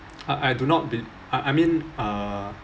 I I do not be~ I I mean uh